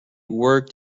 worked